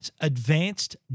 Advanced